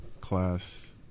class